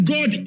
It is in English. God